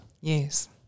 Yes